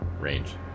range